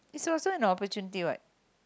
is also an opportunity what